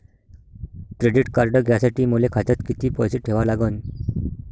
Credit card घ्यासाठी मले खात्यात किती पैसे ठेवा लागन?